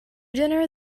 dinner